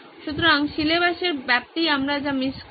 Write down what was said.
সুতরাং সিলেবাসের ব্যাপ্তি আমরা যা মিস করব